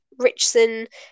Richson